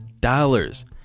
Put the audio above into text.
dollars